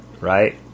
right